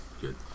good